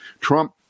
Trump